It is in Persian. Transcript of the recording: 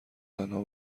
تنها